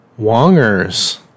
Wongers